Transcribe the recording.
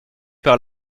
par